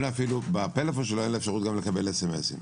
אין לו אפילו בפלאפון שלו גם אפשרות לקבל סמסים.